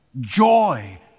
Joy